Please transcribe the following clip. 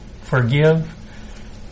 Forgive